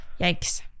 Yikes